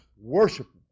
worshiping